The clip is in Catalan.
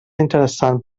interessant